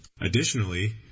Additionally